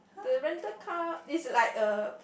the rented car is like a